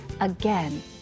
Again